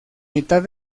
mitad